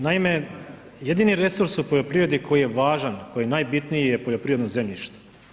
Naime, jedini resurs u poljoprivredi koji je važan, koji je najbitniji je poljoprivredno zemljište.